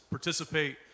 Participate